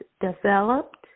developed